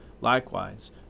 Likewise